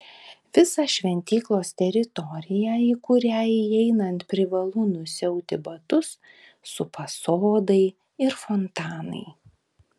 visą šventyklos teritoriją į kurią įeinant privalu nusiauti batus supa sodai ir fontanai